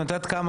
את יודעת כמה,